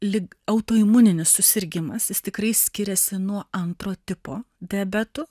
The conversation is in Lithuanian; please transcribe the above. lyg autoimuninis susirgimas jis tikrai skiriasi nuo antro tipo diabetų